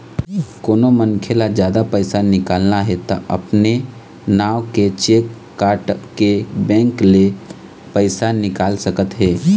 कोनो मनखे ल जादा पइसा निकालना हे त अपने नांव के चेक काटके बेंक ले पइसा निकाल सकत हे